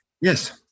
Yes